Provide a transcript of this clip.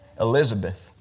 Elizabeth